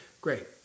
Great